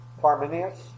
Parmenius